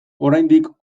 oraindik